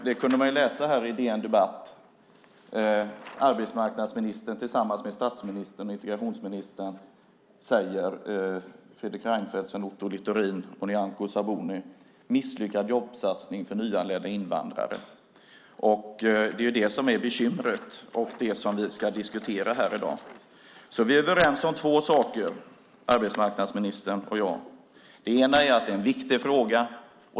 Vi kunde på DN Debatt läsa en artikel av arbetsmarknadsminister Sven Otto Littorin tillsammans med statsminister Fredrik Reinfeldt och integrationsminister Nyamko Sabuni under rubriken: Misslyckad jobbsatsning för nyanlända invandrare. Det är detta som är bekymret och det som vi ska diskutera här i dag. Vi är som sagt överens om två saker, arbetsmarknadsministern och jag. Den ena är att det är en viktig fråga.